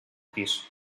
pis